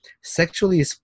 sexually